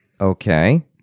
Okay